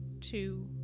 two